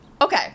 okay